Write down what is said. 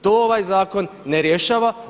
To ovaj zakon ne rješava.